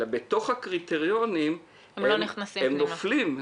אלא בתוך הקריטריונים הם נופלים,